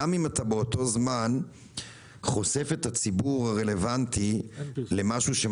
גם אם אתה באותו זמן חושף את הציבור הרלוונטי לביקורת,